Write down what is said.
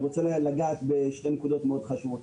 אני רוצה לגעת בשתי נקודות מאוד חשובות.